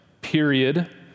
period